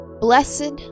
blessed